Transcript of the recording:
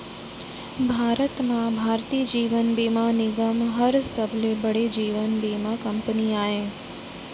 भारत म भारतीय जीवन बीमा निगम हर सबले बड़े जीवन बीमा कंपनी आय